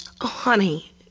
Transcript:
honey